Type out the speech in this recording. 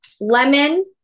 lemon